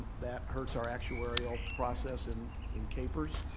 that hurts our actuarial process and in kpers.